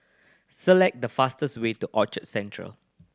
select the fastest way to Orchard Central